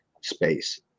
space